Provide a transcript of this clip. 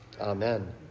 amen